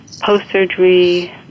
post-surgery